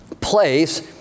place